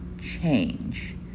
change